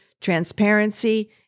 transparency